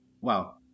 Wow